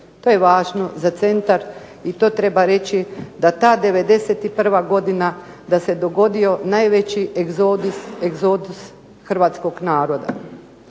To je važno za centar i to treba reći da ta '91. godina da se dogodio najveći egzodus hrvatskog naroda.